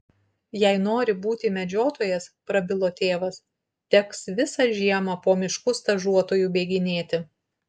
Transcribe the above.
jei nori būti medžiotojas prabilo tėvas teks visą žiemą po miškus stažuotoju bėginėti